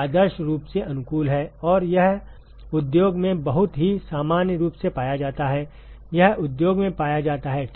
आदर्श रूप से अनुकूल है और यह उद्योग में बहुत ही सामान्य रूप से पाया जाता है यह उद्योग में पाया जाता है ठीक